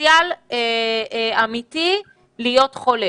בפוטנציאל אמיתי להיות חולה